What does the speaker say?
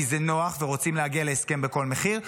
כי זה נוח ורוצים להגיע להסכם בכל מחיר,